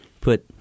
put